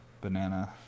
banana